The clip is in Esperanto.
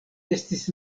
estis